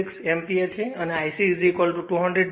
866 ampere છે અને I c 200400 છે